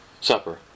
Supper